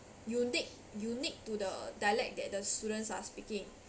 unique unique to the dialect that the students are speaking